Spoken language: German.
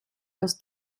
aus